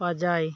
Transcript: ᱯᱟᱸᱡᱟᱭ